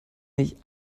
nicht